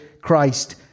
Christ